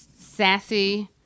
sassy